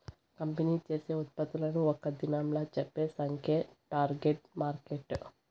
company చేసే ఉత్పత్తులను ఒక్క దినంలా చెప్పే సంఖ్యే టార్గెట్ మార్కెట్